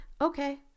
okay